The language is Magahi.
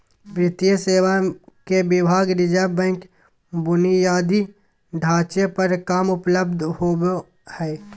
वित्तीय सेवा के विभाग रिज़र्व बैंक बुनियादी ढांचे पर कम उपलब्ध होबो हइ